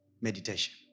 Meditation